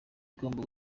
igomba